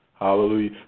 Hallelujah